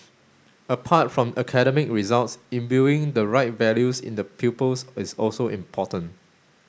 apart from academic results imbuing the right values in the pupils is also important